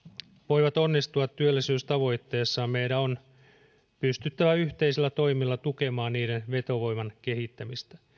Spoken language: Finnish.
voivat onnistua työllisyystavoitteessaan meidän on pystyttävä yhteisillä toimilla tukemaan niiden vetovoiman kehittämistä